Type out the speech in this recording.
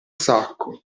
sacco